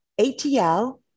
ATL